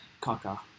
Kaka